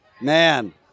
Man